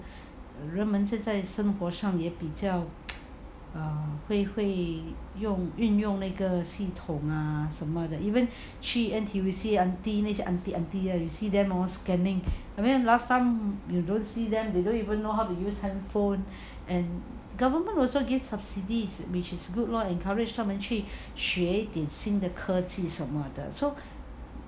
人们现在生活上也比较 err 会用运用那个系统 ah 什么的 even 去 N_T_U_C ah aunty 那些 aunty aunty hor you see them scanning I mean last time you don't see them they don't even know how to use handphone and government also gives subsidies which is good lor encourage 他们去学一点新的科技什么的 so